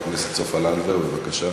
חברת הכנסת סופה לנדבר, בבקשה.